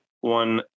one